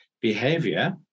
behavior